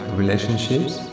relationships